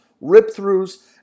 rip-throughs